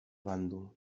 bàndol